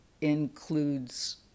includes